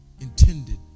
intended